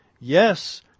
Yes